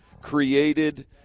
created